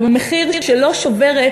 ובמחיר שלא שובר,